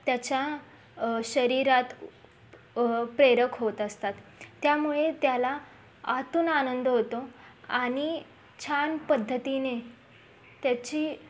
त्याच्या शरीरात प्रेरक होत असतात त्यामुळे त्याला आतून आनंद होतो आणि छान पद्धतीने त्याचे